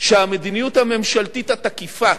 שהמדיניות הממשלתית התקיפה